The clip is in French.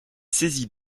saisie